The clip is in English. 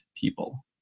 people